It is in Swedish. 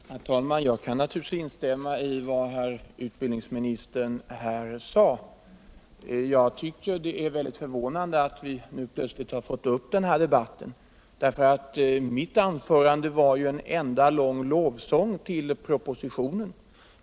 Herr talman! Jag kan naturligtvis instämma i vad herr utbildningsministern här sade. Jag tycker det är väldigt förvånande att vi nu plötsligt har fått upp denna debatt, därför att mitt huvudanförande var en lovsång till propositionen.